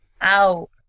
Ow